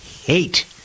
hate